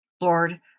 Lord